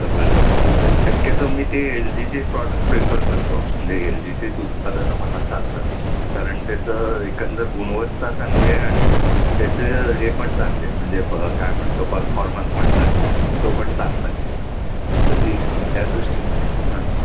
double door ते जर शक्यतो मी ते एल जीचे प्रॉडक्ट प्रेफर करतो म्हणजे एल जीचेच उत्पादनं मला चालतात कारण त्याचं एकंदर गुणवत्ता चांगली आहे आणि त्याचं हे पण चांगले म्हणजे प काय म्हणतो परफॉर्मन्स म्हणतात तो पण चांगला आहे तर ती त्या दृष्टीने हं